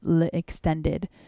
extended